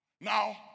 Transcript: Now